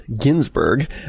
ginsburg